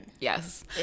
yes